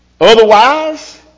Otherwise